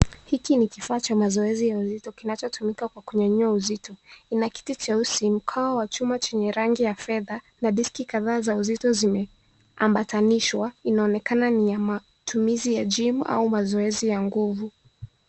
Hiki ni kifaa cha mazoezi ya uzito kinachotumika kwa kunyanyua uzito. Ina kitu cheusi mkao wa chuma chenye rangi ya fedha na diski kadhaa za uzito zimeambatanishwa inaonekana ni ya matumizi ya gym au mazoezi ya nguvu.